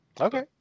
Okay